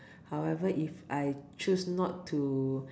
however if I choose not to